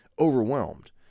overwhelmed